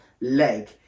leg